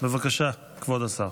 בבקשה, כבוד השר.